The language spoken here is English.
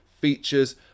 features